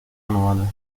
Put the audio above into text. anuales